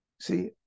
See